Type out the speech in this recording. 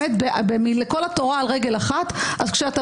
את כל התורה על רגל אחת כשאתה